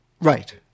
Right